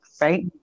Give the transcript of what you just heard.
right